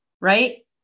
right